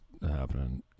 happening